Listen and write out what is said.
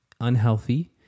unhealthy